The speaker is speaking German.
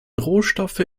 rohstoffe